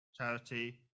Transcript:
Charity